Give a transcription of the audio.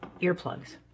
earplugs